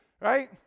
right